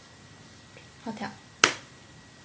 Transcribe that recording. hotel